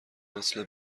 مثل